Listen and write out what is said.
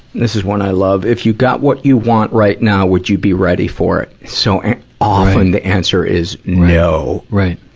this is one i love. if you got what you want right now, would you be ready for it? it's so and often the answer is no! right,